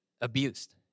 abused